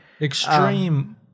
extreme